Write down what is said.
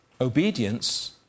obedience